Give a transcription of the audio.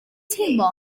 teimlo